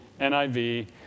NIV